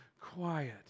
quiet